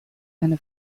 eine